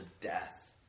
death